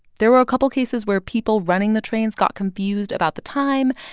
there were a couple cases where people running the trains got confused about the time,